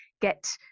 get